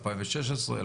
2016,